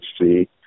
see